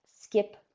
skip